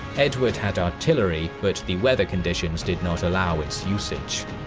edward had artillery, but the weather conditions did not allow its usage.